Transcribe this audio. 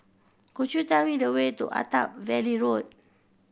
could you tell me the way to Attap Valley Road